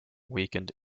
weekend